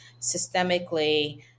systemically